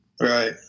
Right